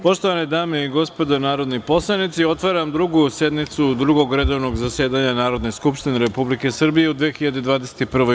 Poštovane dame i gospodo narodni poslanici, otvaram Drugu sednicu Drugog redovnog zasedanja Narodne skupštine Republike Srbije u 2021.